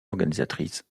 organisatrice